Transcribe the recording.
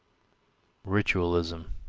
ritualism,